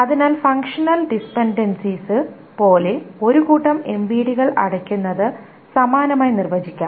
അതിനാൽ ഫംഗ്ഷണൽ ഡിപൻഡൻസികൾ പോലെ ഒരു കൂട്ടം എംവിഡികൾ അടയ്ക്കുന്നത് സമാനമായി നിർവ്വചിക്കാം